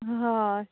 हय